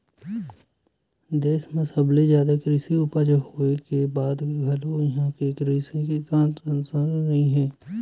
देस म सबले जादा कृषि उपज होए के बाद घलो इहां के कृषि ह संतासजनक नइ हे